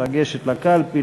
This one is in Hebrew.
לגשת לקלפי,